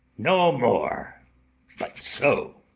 no more, but so.